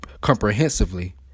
comprehensively